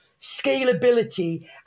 scalability